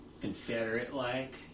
confederate-like